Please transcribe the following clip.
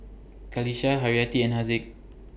Qalisha Haryati and Haziq